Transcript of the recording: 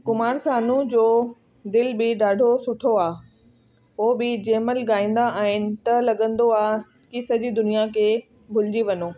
कुमार सानू जो दिलि बि ॾाढो सुठो आहे हो बि जंहिं महिल गाईंदा आहिनि त लॻंदो आहे की सॼी दुनिया खे भुलजी वञो